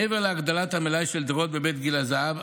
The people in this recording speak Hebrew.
מעבר להגדלת המלאי של הדירות בבית גיל הזהב,